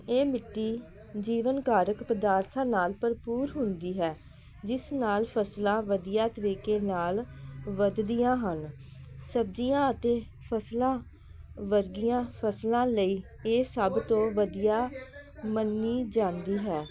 ਇਹ ਮਿੱਟੀ ਜੀਵਨ ਕਾਰਕ ਪਦਾਰਥਾਂ ਨਾਲ ਭਰਪੂਰ ਹੁੰਦੀ ਹੈ ਜਿਸ ਨਾਲ ਫਸਲਾਂ ਵਧੀਆ ਤਰੀਕੇ ਨਾਲ ਵੱਧਦੀਆਂ ਹਨ ਸਬਜ਼ੀਆਂ ਅਤੇ ਫਸਲਾਂ ਵਰਗੀਆਂ ਫਸਲਾਂ ਲਈ ਇਹ ਸਭ ਤੋਂ ਵਧੀਆ ਮੰਨੀ ਜਾਂਦੀ ਹੈ